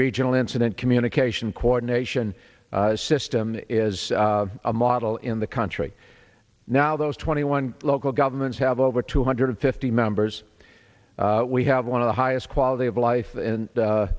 regional incident communication coordination system is a model in the country now those twenty one local governments have over two hundred fifty members we have one of the highest quality of life and